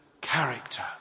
character